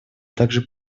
также